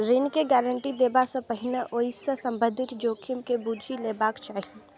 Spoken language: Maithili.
ऋण के गारंटी देबा सं पहिने ओइ सं संबंधित जोखिम के बूझि लेबाक चाही